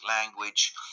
language